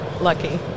lucky